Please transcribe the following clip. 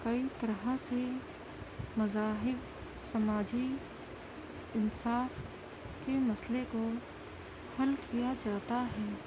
کئی طرح سے مذاہب سماجی انصاف کے مسئلے کو حل کیا جاتا ہے